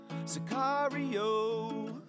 Sicario